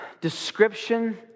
description